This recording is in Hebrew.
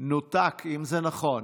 ואם זה נכון,